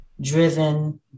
driven